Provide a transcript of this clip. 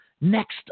next